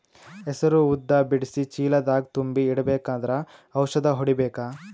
ಹೆಸರು ಉದ್ದ ಬಿಡಿಸಿ ಚೀಲ ದಾಗ್ ತುಂಬಿ ಇಡ್ಬೇಕಾದ್ರ ಔಷದ ಹೊಡಿಬೇಕ?